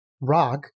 rock